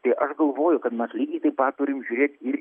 tai aš galvoju kad mes lygiai taip pat turim žiūrėt ir